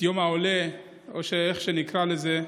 את יום העולה, איך שנקרא לזה.